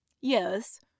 Yes